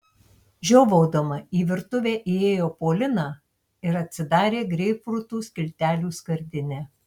žiovaudama į virtuvę įėjo polina ir atsidarė greipfrutų skiltelių skardinę